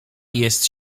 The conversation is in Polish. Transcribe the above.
jest